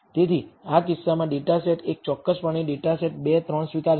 તેથી આ કિસ્સામાં ડેટા સેટ એક ચોક્કસપણે ડેટા સેટ 2 3 સ્વીકારશે